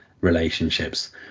relationships